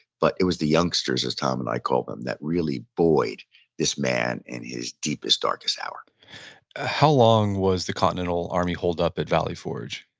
but it was the youngsters, as tom and i called them, that really buoyed this man in his deepest, darkest hour ah how long was the continental army holed up at valley forge?